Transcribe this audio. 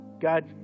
God